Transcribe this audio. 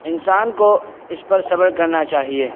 انسان کو اس پر صبر کرنا چاہیے